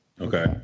Okay